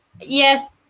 Yes